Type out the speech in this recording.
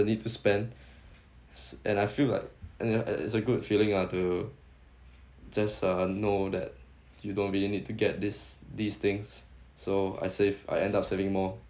the need to spend and I feel like and and it's a good feeling ah to just uh know that you don't really need to get this these things so I save I end up saving more